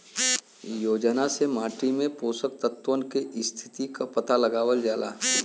योजना से माटी में पोषक तत्व के स्थिति क पता लगावल जाला